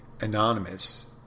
anonymous